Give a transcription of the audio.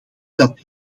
dat